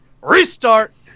Restart